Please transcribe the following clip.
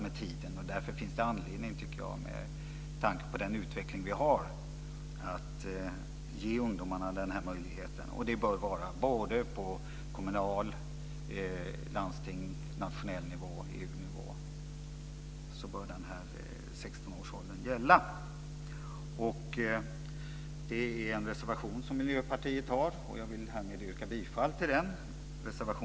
Därför tycker jag att det finns anledning, med tanke på den utveckling vi har, att ge ungdomarna den här möjligheten. På kommunal nivå, landstingsnivå, nationell nivå och EU-nivå bör 16-årsgränsen gälla. Miljöpartiet har en reservation om detta, reservation 3, som jag härmed vill yrka bifall till.